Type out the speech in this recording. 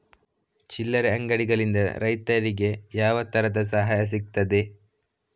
ಚಿಲ್ಲರೆ ಅಂಗಡಿಗಳಿಂದ ರೈತರಿಗೆ ಯಾವ ತರದ ಸಹಾಯ ಸಿಗ್ತದೆ?